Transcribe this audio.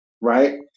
right